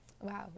Wow